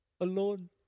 alone